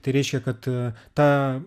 tai reiškia kad tą